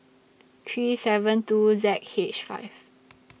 three seven two Z H five